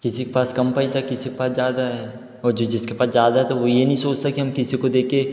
किसी के पास कम पैसा है किसी के पास ज़्यादा है और जो जिसके पास ज़्यादा है तो वो ये नहीं सोचता कि हम किसी को देके